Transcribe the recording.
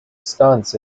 stunts